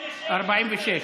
(46)